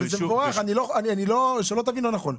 וזה מבורך, שלא תבין לא נכון.